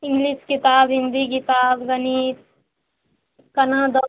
English किताब हिन्दी किताब गणित कोना देबै